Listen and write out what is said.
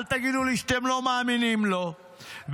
אל תגידו לי שאתם לא מאמינים לו והאלוף